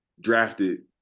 drafted